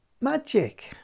magic